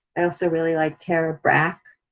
i also really like tara brach,